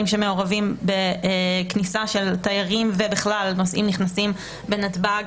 שמעורבים בכניסה של תיירים ובכלל נוסעים שנכנסים בנתב"ג,